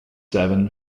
seven